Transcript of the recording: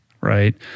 Right